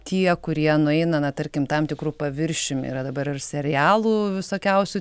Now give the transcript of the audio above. tie kurie nueina na tarkim tam tikru paviršiumi yra dabar serialų visokiausių